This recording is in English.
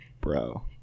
bro